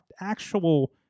actual